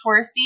touristy